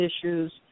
issues